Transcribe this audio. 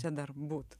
čia dar būt